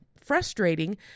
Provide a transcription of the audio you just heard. Frustrating